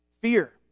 fear